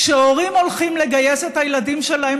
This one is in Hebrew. כשהורים הולכים לגייס את הילדים שלהם